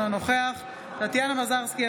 אינו נוכח טטיאנה מזרסקי,